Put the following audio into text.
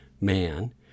man